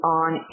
on